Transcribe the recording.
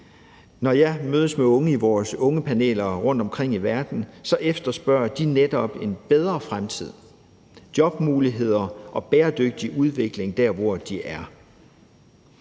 Når jeg mødes med unge i vores ungepaneler rundtomkring i verden, efterspørger de netop en bedre fremtid – jobmuligheder og bæredygtig udvikling der, hvor de er.